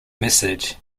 message